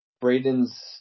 Braden's